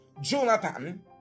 Jonathan